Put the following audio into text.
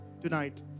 tonight